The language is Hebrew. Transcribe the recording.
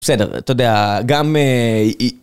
בסדר, אתה יודע, גם אההההההההההההההההההההההה